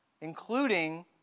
including